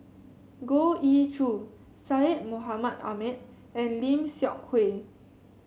Goh Ee Choo Syed Mohamed Ahmed and Lim Seok Hui